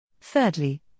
Thirdly